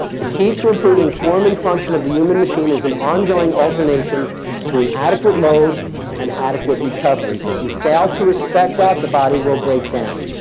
the key to improving form and function of the human machine is an ongoing alternation between adequate load and adequate recovery. if you fail to respect that the body will breakdown.